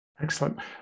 Excellent